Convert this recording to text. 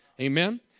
Amen